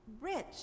rich